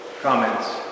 Comments